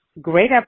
Great